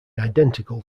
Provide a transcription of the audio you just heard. identical